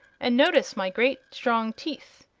and notice my great strong teeth,